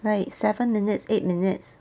like seven minutes eight minutes